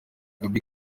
gaby